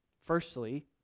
Firstly